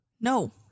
No